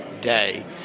day